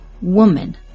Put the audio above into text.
woman